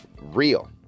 real